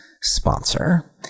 sponsor